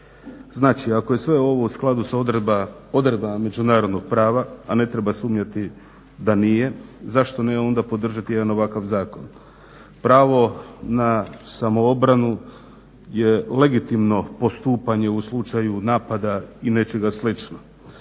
Znači, ako je sve ovo u skladu s odredbama međunarodnoga prava, a ne treba sumnjati da nije, zašto ne onda podržati jedan ovakav zakon? Pravo na samoobranu je legitimno postupanje u slučaju napada i nečega slično.